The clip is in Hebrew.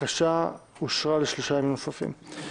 הבקשה אושרה לשלושה ימים נוספים.